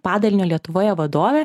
padalinio lietuvoje vadovė